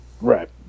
right